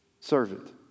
Servant